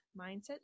mindset